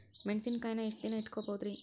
ಮೆಣಸಿನಕಾಯಿನಾ ಎಷ್ಟ ದಿನ ಇಟ್ಕೋಬೊದ್ರೇ?